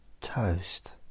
Toast